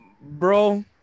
Bro